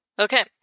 Okay